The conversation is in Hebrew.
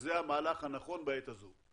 שזה המהלך הנכון בעת הזו.